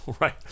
Right